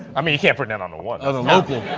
i mean, you can't bring that on the one. on the local.